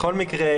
בכל מקרה,